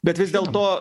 bet vis dėlto